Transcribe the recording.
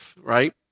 right